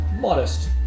modest